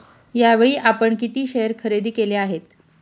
यावेळी आपण किती शेअर खरेदी केले आहेत?